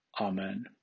Amen